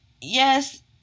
yes